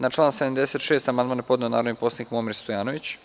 Na član 76. amandman je podneo narodni poslanik Momir Stojanović.